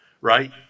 right